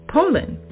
Poland